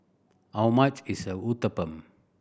how much is Uthapam